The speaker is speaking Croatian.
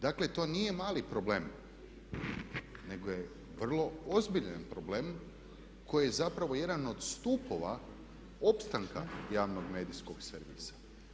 Dakle to nije mali problem nego je vrlo ozbiljan koji je zapravo jedan od stupova opstanka javnog medijskog servisa.